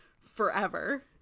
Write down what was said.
forever